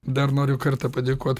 dar noriu kartą padėkot